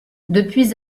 depuis